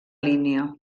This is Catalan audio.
línia